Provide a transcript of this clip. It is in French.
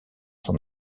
son